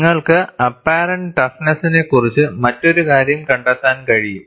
നിങ്ങൾക്ക് അപ്പാറെന്റ് ടഫ്നെസ്സ്നെക്കുറിച്ച് മറ്റൊരു കാര്യം കണ്ടെത്താൻ കഴിയും